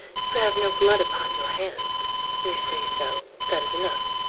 you have no blood upon your hands you say so that is enough.